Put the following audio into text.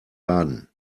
baden